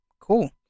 Cool